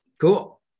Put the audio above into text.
Cool